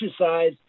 exercise